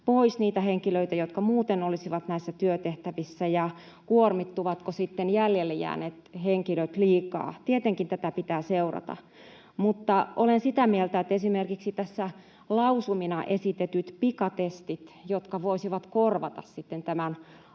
pois niitä henkilöitä, jotka muuten olisivat näissä työtehtävissä, ja kuormittuvatko sitten jäljelle jääneet henkilöt liikaa. Tietenkin tätä pitää seurata. Olen sitä mieltä, että esimerkiksi tässä lausumina esitetyt pikatestit, jotka voisivat korvata tämän